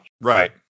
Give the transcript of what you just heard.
Right